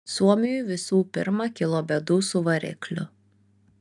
suomiui visų pirma kilo bėdų su varikliu